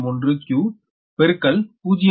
001 q பெருக்கல் 0